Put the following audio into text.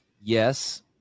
yes